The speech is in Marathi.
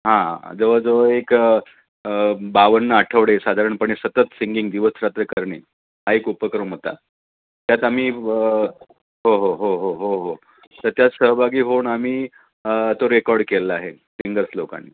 हां जवळजवळ एक बावन्न आठवडे साधारणपणे सतत सिंगिंग दिवसरात्र करणे हा एक उपक्रम होता त्यात आम्ही हो हो हो हो हो हो तर त्याच सहभागी होऊन आम्ही तो रेकॉर्ड केला आहे सिंगर्स लोकांनी